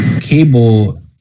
Cable